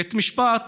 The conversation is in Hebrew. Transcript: בית המשפט